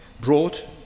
brought